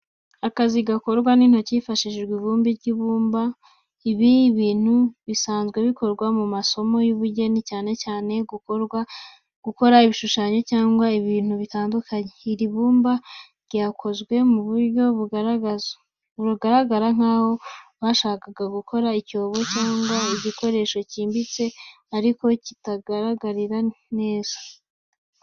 Akazi gakorwa n’intoki hifashishijwe ivumbi ry’ibumba, ibi n'ibintu bisanzwe bikorwa mu masomo y’ubugeni, cyane cyane mu gukora ibishushanyo cyangwa ibintu bitandukanye. Iri bumba ryakozwe mu buryo bugaragara nk’aho bashakaga gukora icyobo cyangwa igikoresho cyimbitse ariko kitararangira neza.